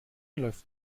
läuft